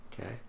Okay